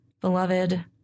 Beloved